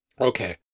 okay